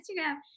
instagram